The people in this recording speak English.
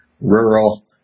rural